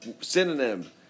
synonym